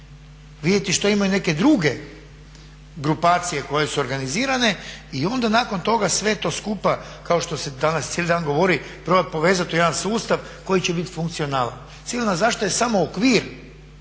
vidite i što imaju neke druge grupacije koje su organizirane i onda nakon toga sve to skupa kao što se danas cijeli dan govori probat povezat u jedan sustav koji će biti funkcionalan. Civilna zaštita je samo okvir.